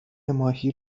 ماهی